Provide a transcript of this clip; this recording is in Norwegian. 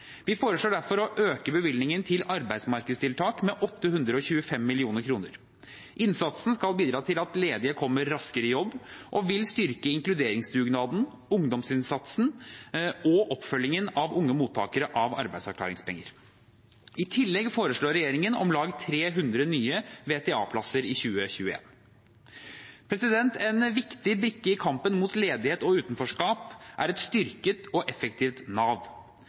Vi foreslår derfor å øke bevilgningene til arbeidsmarkedstiltak med 825 mill. kr. Innsatsen skal bidra til at ledige kommer raskere i jobb, og vil styrke inkluderingsdugnaden, ungdomsinnsatsen og oppfølgingen av unge mottakere av arbeidsavklaringspenger. I tillegg foreslår regjeringen om lag 300 nye VTA-plasser i 2021. En viktig brikke i kampen mot ledighet og utenforskap er et styrket og effektivt Nav.